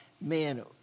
man